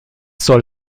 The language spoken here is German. soll